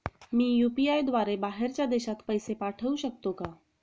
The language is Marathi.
मी यु.पी.आय द्वारे बाहेरच्या देशात पैसे पाठवू शकतो का?